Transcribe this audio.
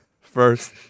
first